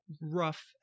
rough